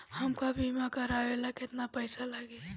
हमका बीमा करावे ला केतना पईसा लागी?